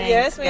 Yes